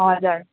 हजुर